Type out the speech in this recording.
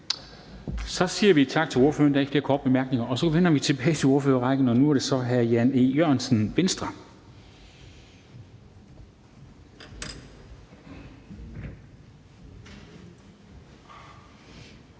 Så siger vi tak til ordføreren. Der er ikke flere korte bemærkninger. Vi vender tilbage til ordførerrækken, og nu er det så hr. Jan E. Jørgensen, Venstre.